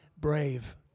brave